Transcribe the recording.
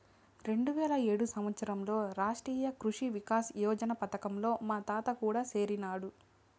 రెండువేల ఏడు సంవత్సరంలో రాష్ట్రీయ కృషి వికాస్ యోజన పథకంలో మా తాత కూడా సేరినాడు